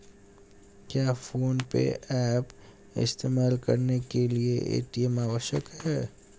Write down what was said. क्या PhonePe app इस्तेमाल करने के लिए ए.टी.एम आवश्यक है?